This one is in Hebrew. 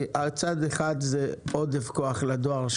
צד אחד זה עודף כוח לדואר,